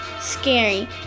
Scary